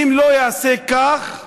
אם לא יעשה כך,